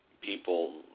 people